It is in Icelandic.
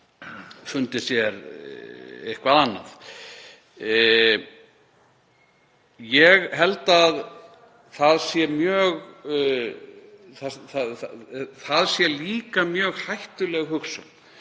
fundið sér eitthvað annað. Ég held að það sé líka mjög hættuleg hugsun